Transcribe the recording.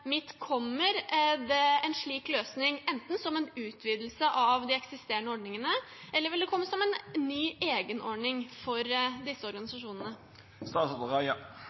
Kommer det en slik løsning, enten som en utvidelse av de eksisterende ordningene eller som en ny egen ordning for disse